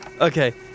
Okay